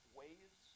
ways